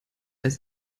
weiß